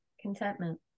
contentment